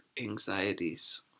anxieties